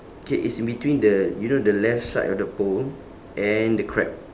okay it's in between the you know the left side of the pole and the crab